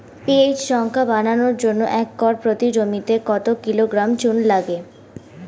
PH সংখ্যা বাড়ানোর জন্য একর প্রতি জমিতে কত কিলোগ্রাম চুন লাগে?